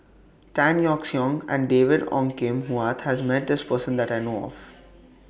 Tan Yeok Seong and David Ong Kim Huat has Met This Person that I know of